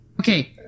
Okay